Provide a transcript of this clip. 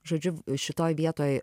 žodžiu šitoj vietoj